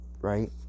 Right